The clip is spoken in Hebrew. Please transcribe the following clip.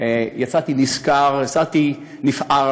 אני יצאתי נשכר, יצאתי נפעם,